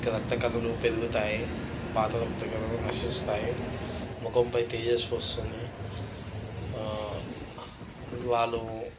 రక్త కణాలు పెరుగుతాయి పాత రక్త కణాలు నశిస్తాయి మొఖంపై తేజస్సు వస్తుంది వాళ్ళు